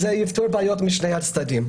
זה יפתור בעיות לשני הצדדים.